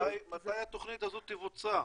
מתי התוכנית הזו תבוצע?